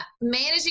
managing